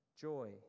joy